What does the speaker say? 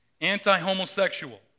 Anti-homosexual